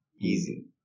Easy